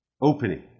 opening